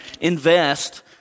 invest